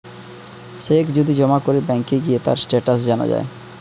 check যদি জমা করে ব্যাংকে গিয়ে তার স্টেটাস জানা যায়